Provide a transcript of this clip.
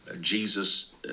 Jesus